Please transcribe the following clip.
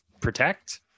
protect